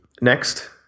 Next